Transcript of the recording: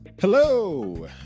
hello